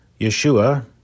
Yeshua